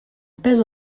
pes